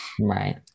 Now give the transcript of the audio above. Right